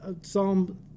Psalm